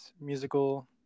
musical